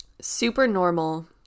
Supernormal